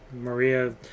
Maria